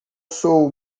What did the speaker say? sou